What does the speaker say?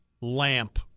lamp